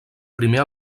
primer